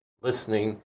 listening